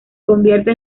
convierte